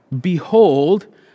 behold